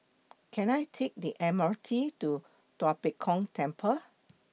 Can I Take The M R T to Tua Pek Kong Temple